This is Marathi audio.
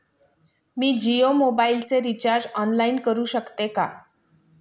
मी जियो मोबाइलचे रिचार्ज ऑनलाइन करू शकते का?